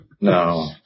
No